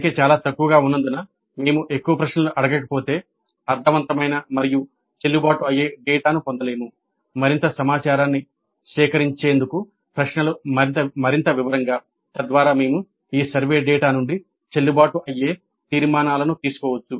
సంఖ్య చాలా తక్కువగా ఉన్నందున మేము ఎక్కువ ప్రశ్నలు అడగకపోతే అర్ధవంతమైన మరియు చెల్లుబాటు అయ్యే డేటాను పొందలేము మరింత సమాచారాన్ని సేకరించేందుకు ప్రశ్నలు మరింత వివరంగా తద్వారా మేము ఈ సర్వే డేటా నుండి చెల్లుబాటు అయ్యే తీర్మానాలను తీసుకోవచ్చు